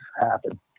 happen